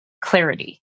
clarity